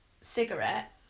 cigarette